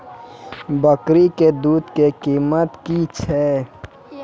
बकरी के दूध के कीमत की छै?